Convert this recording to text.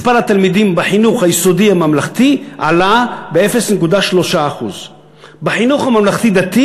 מספר התלמידים בחינוך היסודי ממלכתי עלה ב-0.3%; בחינוך הממלכתי-דתי